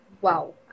Wow